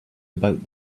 about